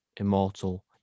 immortal